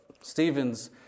Stephen's